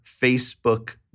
Facebook